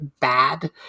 Bad